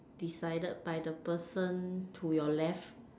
decided by the person to your left